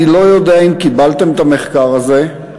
אני לא יודע אם קיבלתם את המחקר הזה,